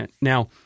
Now